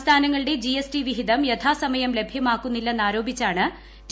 സംസ്ഥാനങ്ങളുടെ G S T വിഹിതം യഥാസമയം ലഭ്യമാക്കുന്നില്ലെന്നാരോപിച്ചാണ് ടി